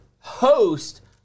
host